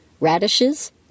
radishes